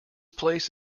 place